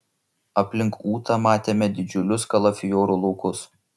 aplink ūtą matėme didžiulius kalafiorų laukus